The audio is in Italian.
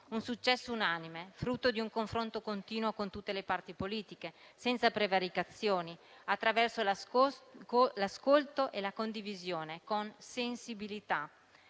un successo unanime, frutto di un confronto continuo con tutte le parti politiche, senza prevaricazioni, attraverso l'ascolto e la condivisione, con sensibilità,